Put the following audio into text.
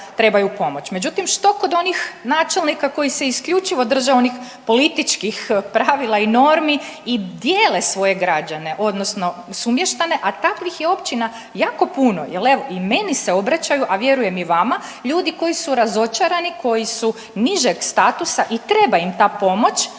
Međutim, što kod onih načelnika koji se isključivo drže onih političkih pravila i normi i dijete svoje građane odnosno sumještane, a takvih je općina jako puno. Jer evo i meni se obraćaju, a vjerujem i vama ljudi koji su razočarani koji su nižeg statusa i treba im ta pomoć,